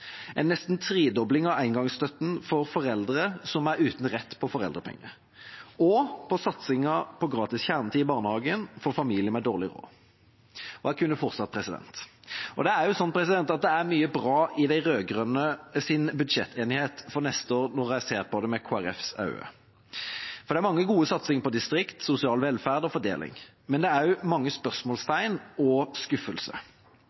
en nesten tredobling av engangsstønaden for foreldre som er uten rett til foreldrepenger, og av satsingen på gratis kjernetid i barnehagen for familier med dårlig råd. Og jeg kunne fortsatt. Mye er bra i de rød-grønnes budsjettenighet for neste år når jeg ser på det med Kristelig Folkepartis øyne. Det er mange gode satsinger på distrikter, sosial velferd og fordeling. Men det er også mange